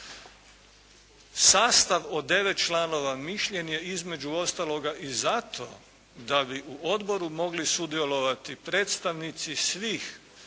Sastav od 9 članova mišljenje između ostaloga i zato da bi u odboru mogli sudjelovati predstavnici svih